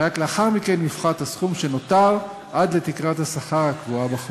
ורק לאחר מכן יופחת הסכום שנותר עד לתקרת השכר הקבועה בחוק.